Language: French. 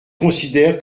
considère